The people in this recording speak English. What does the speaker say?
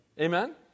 Amen